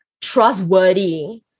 trustworthy